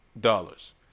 dollars